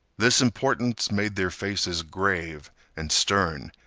this importance made their faces grave and stern.